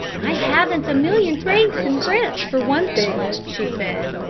i haven't a million francs in france, for one thing, she said,